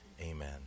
Amen